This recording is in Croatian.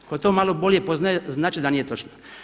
Tko to malo bolje poznaje znat će da nije točno.